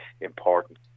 important